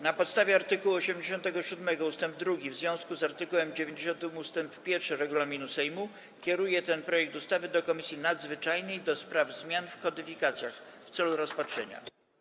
Na podstawie art. 87 ust. 2, w związku z art. 90 ust. 1 regulaminu Sejmu, kieruję ten projekt ustawy do Komisji Nadzwyczajnej do spraw zmian w kodyfikacjach w celu rozpatrzenia.